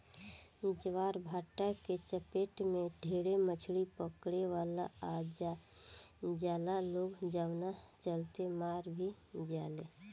ज्वारभाटा के चपेट में ढेरे मछली पकड़े वाला आ जाला लोग जवना चलते मार भी जाले